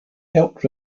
helped